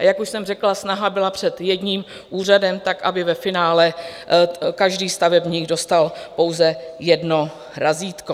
Jak už jsem řekla, snaha byla před jedním úřadem tak, aby ve finále každý stavebník dostal pouze jedno razítko.